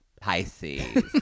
Pisces